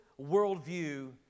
worldview